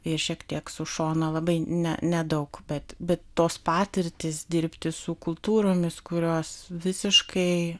ir šiek tiek su šona labai ne nedaug bet be tos patirtys dirbti su kultūromis kurios visiškai